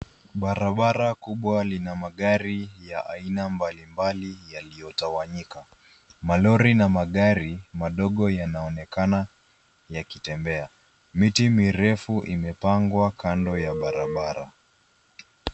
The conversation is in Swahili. Barabara kubwa lina magari ya aina mbalimbali yaliyotawanyika. Malori na magari madogo yanaonekana yakitembea. Miti mirefu imepangwa kando ya barabara.